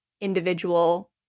individual